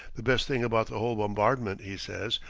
the best thing about the whole bombardment, he says,